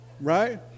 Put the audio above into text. Right